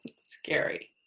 scary